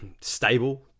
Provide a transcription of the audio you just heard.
stable